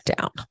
down